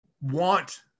want